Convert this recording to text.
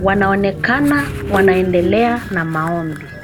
Wanaonekana wanaendelea na maombi.